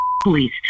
police